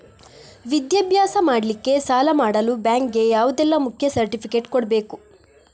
ವಿದ್ಯಾಭ್ಯಾಸ ಮಾಡ್ಲಿಕ್ಕೆ ಸಾಲ ಮಾಡಲು ಬ್ಯಾಂಕ್ ಗೆ ಯಾವುದೆಲ್ಲ ಮುಖ್ಯ ಸರ್ಟಿಫಿಕೇಟ್ ಕೊಡ್ಬೇಕು?